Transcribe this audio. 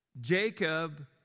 Jacob